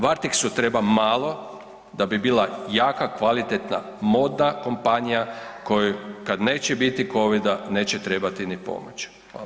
Varteksu treba malo da bi bila jaka, kvalitetna modna kompanija koja kad neće biti Covida neće trebati ni pomoć.